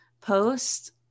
post